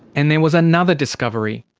and there was another discovery.